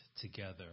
together